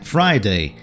Friday